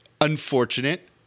unfortunate